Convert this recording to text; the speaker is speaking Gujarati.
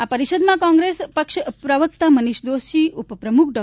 આ પરિષદમાં કોંગ્રેસ પક્ષ પ્રવક્તા મનીષ દોશી ઉપપ્રમૂખ ડો